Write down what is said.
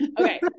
Okay